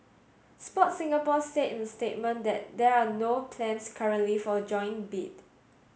Sport Singapore said in a statement that there are no plans currently for a joint bid